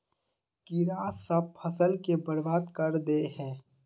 कीड़ा सब फ़सल के बर्बाद कर दे है?